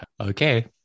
Okay